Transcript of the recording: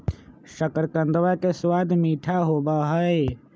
शकरकंदवा के स्वाद मीठा होबा हई